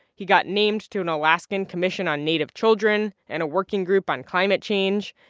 he got named to and alaskan commission on native children and a working group on climate change.